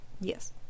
Yes